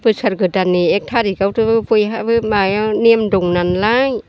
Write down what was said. बोसोर गोदाननि एक थारिख आवथ' बयहाबो माबायाव नेम दं नालाय